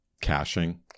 caching